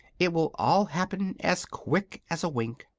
it will all happen as quick as a wink.